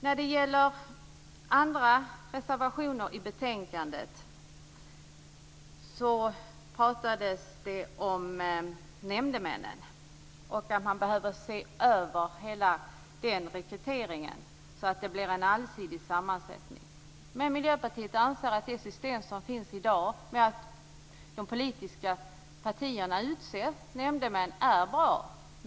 När det gäller andra reservationer i betänkandet pratades det om nämndemännen och om att man behöver se över hela rekryteringen så att det blir en allsidig sammansättning. Miljöpartiet anser att det system som finns i dag, där de politiska partierna utser nämndemän, är bra.